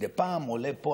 מדי פעם עולה פה,